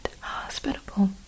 hospitable